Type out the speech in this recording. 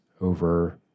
over